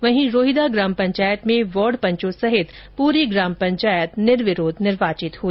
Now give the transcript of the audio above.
वही रोहिदा ग्राम पंचायत में वार्ड पंचों सहित प्री ग्राम पंचायत निर्विरोध निर्वाचित हई